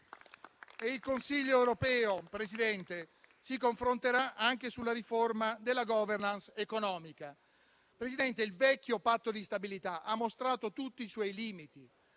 del Consiglio, si confronterà anche sulla riforma della *governance* economica. Il vecchio Patto di stabilità ha mostrato tutti i suoi limiti: